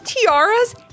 tiaras